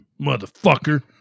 motherfucker